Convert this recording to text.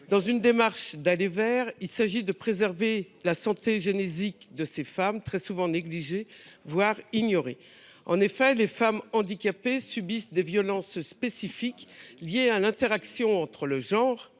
Dans une démarche d’« aller vers », il importe de préserver la santé génésique de ces femmes, très souvent négligée, voire ignorée. En effet, les femmes handicapées subissent des violences spécifiques, liées à l’interaction entre le genre